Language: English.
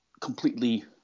completely